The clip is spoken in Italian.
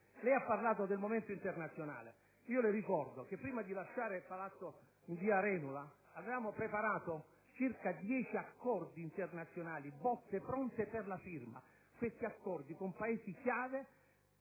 Lei ha parlato del momento internazionale. Le ricordo che, prima di lasciare il palazzo in via Arenula, avevamo preparato circa dieci accordi internazionali, bozze pronte per la firma. Quegli accordi con Paesi chiave,